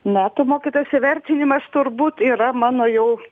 metų mokytojos įvertinimas turbūt yra mano jau